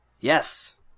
Yes